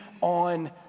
on